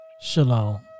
shalom